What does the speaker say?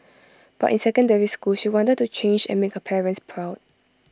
but in secondary school she wanted to change and make her parents proud